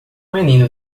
menino